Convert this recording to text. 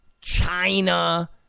China